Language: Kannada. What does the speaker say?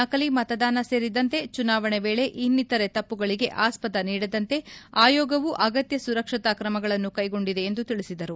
ನಕಲಿ ಮತದಾನ ಸೇರಿದಂತೆ ಚುನಾವಣೆ ವೇಳೆ ಇನ್ನಿತರೆ ತಮ್ಬಗಳಿಗೆ ಆಸ್ಪದ ನೀಡದಂತೆ ಆಯೋಗವು ಅಗತ್ತ ಸುರಕ್ಷತಾ ಕ್ರಮಗಳನ್ನು ಕೈಗೊಂಡಿದೆ ಎಂದು ತಿಳಿಸಿದರು